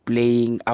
playing